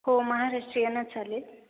हो महाराष्ट्रीयनच चालेल